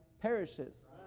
perishes